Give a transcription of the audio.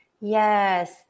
Yes